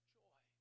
joy